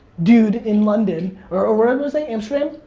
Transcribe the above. dude in london or ah where um was i, amsterdam?